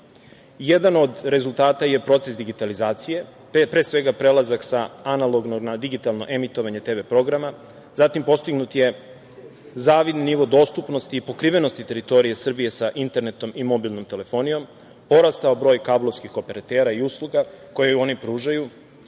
Jedan od rezultata je proces digitalizacije, pre svega prelazak sa analognog na digitalno emitovanje TV programa, zatim postignut je zavidni nivo dostupnosti i pokrivenosti teritorije Srbije sa internetom i mobilnom telefonijom, porastao broj kablovskih operatera i usluga koje oni pružaju,